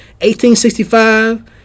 1865